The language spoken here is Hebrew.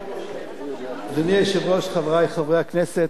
אדוני היושב-ראש, חברי חברי הכנסת,